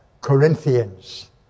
Corinthians